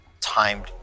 timed